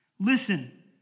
Listen